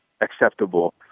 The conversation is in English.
acceptable